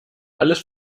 alles